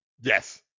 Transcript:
Yes